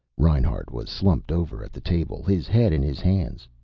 reinhart was slumped over at the table, his head in his hands.